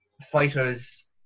fighters